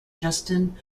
justin